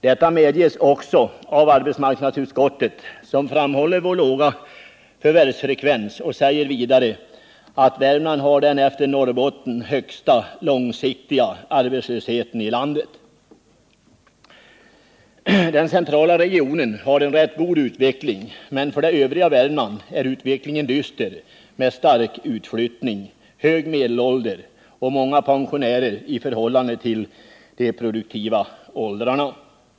Detta medges också av = arbetsmarknadsutskottet som framhåller länets låga förvärvsfrekvens och vidare säger att Värmland har den efter Norrbotten högsta långsiktiga arbetslösheten i landet. Den centrala regionen har en rätt god utveckling, men för det övriga Värmland är utvecklingen dyster, med stark utflyttning, hög medelålder och många pensionärer i förhållande till antalet människor i de produktiva åldrarna.